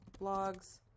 blogs